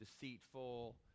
deceitful